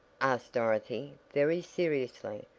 asked dorothy, very seriously,